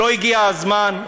לא הגיע הזמן?